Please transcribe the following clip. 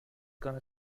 gonna